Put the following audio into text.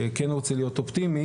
ואני כן רוצה להיות אופטימי,